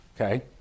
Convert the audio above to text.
Okay